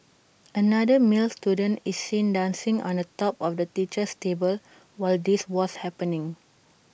another male student is seen dancing on top of the teacher's table while this was happening